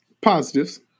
Positives